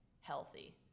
healthy